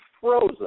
frozen